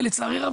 ולצערי הרב,